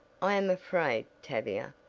i am afraid, tavia,